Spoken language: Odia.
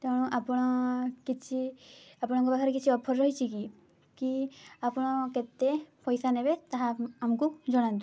ତେଣୁ ଆପଣ କିଛି ଆପଣଙ୍କର ପାଖେ କିଛି ଅଫର୍ ରହିଛିକି କି ଆପଣ କେତେ ପଇସା ନେବେ ତାହା ଆମକୁ ଜଣାନ୍ତୁ